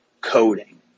coding